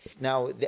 now